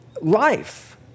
life